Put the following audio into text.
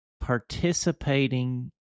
participating